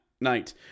night